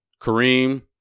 Kareem